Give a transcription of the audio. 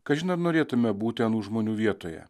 kažin ar norėtume būti anų žmonių vietoje